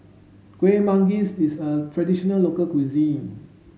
Kueh Manggis is a traditional local cuisine